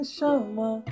Shama